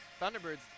Thunderbirds